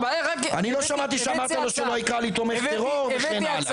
אני לא שמעתי שאמרת לו שלא יקרא לי תומך טרור וכן הלאה.